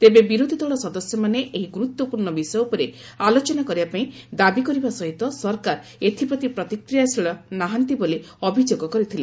ତେବେ ବିରୋଧୀଦଳ ସଦସ୍ୟମାନେ ଏହି ଗୁରୁତ୍ୱପୂର୍ଣ୍ଣ ବିଷୟ ଉପରେ ଆଲୋଚନା କରିବା ପାଇଁ ଦାବି କରିବା ସହିତ ସରକାର ଏଥିପ୍ରତି ପ୍ରତିକ୍ରିୟାଶୀଳ ନାହାନ୍ତି ବୋଲି ଅଭିଯୋଗ କରିଥିଲେ